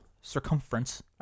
circumference